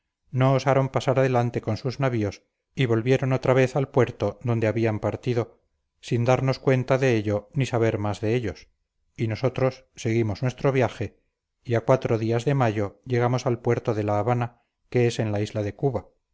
no osaron pasar adelante con sus navíos y volvieron otra vez al puerto donde habían partido sin darnos cuenta de ello ni saber más de ellos y nosotros seguimos nuestro viaje y a cuatro días de mayo llegamos al puerto de la habana que es en la isla de cuba